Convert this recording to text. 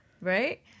right